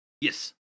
Yes